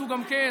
זו גם כן.